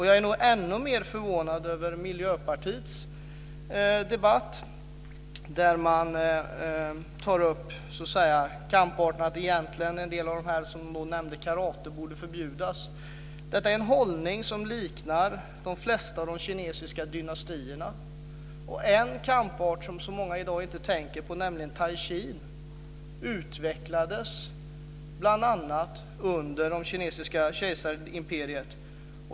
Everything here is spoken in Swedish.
Jag är nog ännu mer förvånad över Miljöpartiets debatt om att en kampart som karate borde förbjudas. Detta är en hållning som liknar den som hysts av de flesta kinesiska dynastier. En kampart som många i dag inte tänker på i detta sammanhang, nämligen taichi, utvecklades bl.a. under de kinesiska kejsarimperierna.